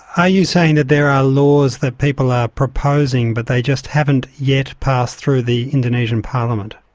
i you saying that there are laws that people are proposing but they just haven't yet passed through the indonesian parliament?